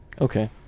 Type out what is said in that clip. okay